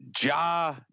Ja